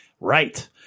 Right